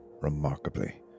remarkably